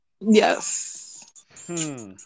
Yes